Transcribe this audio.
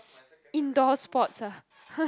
indoor sports ah